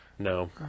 No